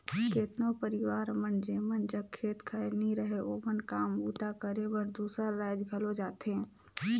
केतनो परिवार मन जेमन जग खेत खाएर नी रहें ओमन काम बूता करे बर दूसर राएज घलो जाथें